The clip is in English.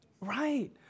Right